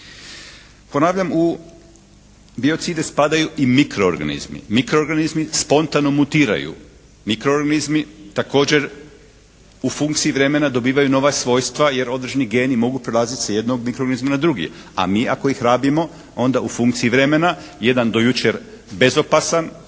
Ponavljam, u biocide spadaju i mikroorganizmi. Mikroorganizmi spontano mutiraju, mikroorganizmi također u funkciji vremena dobivaju nova svojstva jer određeni geni mogu prelaziti sa jednog mikroorganizma na drugi. A mi ako ih rabimo onda u funkciji vremena jedan do jučer bezopasan